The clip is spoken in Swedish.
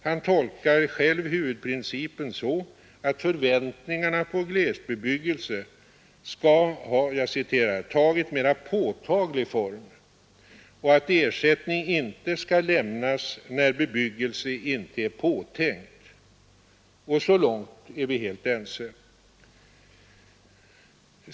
Han tolkar själv huvudprincipen så, att förväntningarna på glesbebyggelse skall ha ”tagit mera påtaglig form” och att ersättning inte skall lämnas ”när bebyggelse inte är påtänkt”. Och så långt är vi helt ense.